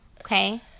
okay